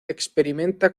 experimenta